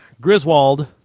Griswold